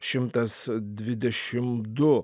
šimtas dvidešimt du